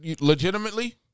legitimately